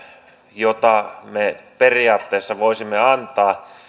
joita me periaatteessa voisimme antaa